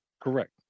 Correct